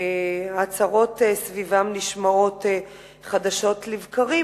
שהצהרות סביבם נשמעות חדשות לבקרים,